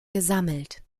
gesammelt